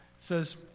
says